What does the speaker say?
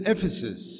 Ephesus